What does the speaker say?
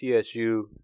TSU